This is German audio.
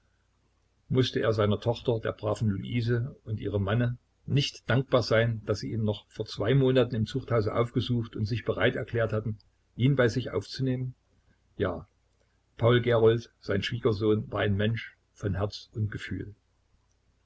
mußte er seiner tochter der braven luise und ihrem manne nicht dankbar sein daß sie ihn noch vor zwei monaten im zuchthause aufgesucht und sich bereit erklärt hatten ihn bei sich aufzunehmen ja paul gerold sein schwiegersohn war ein mensch von herz und gefühl